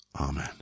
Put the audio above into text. Amen